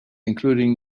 including